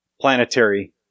planetary